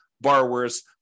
borrowers